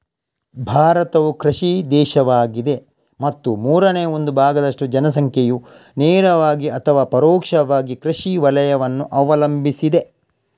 ಭಾರತವು ಕೃಷಿ ದೇಶವಾಗಿದೆ ಮತ್ತು ಮೂರನೇ ಒಂದು ಭಾಗದಷ್ಟು ಜನಸಂಖ್ಯೆಯು ನೇರವಾಗಿ ಅಥವಾ ಪರೋಕ್ಷವಾಗಿ ಕೃಷಿ ವಲಯವನ್ನು ಅವಲಂಬಿಸಿದೆ